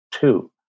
two